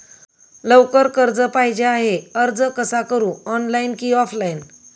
लवकर कर्ज पाहिजे आहे अर्ज कसा करु ऑनलाइन कि ऑफलाइन?